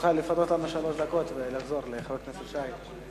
תוכל לפנות לנו שלוש דקות ולחזור לחבר הכנסת שי.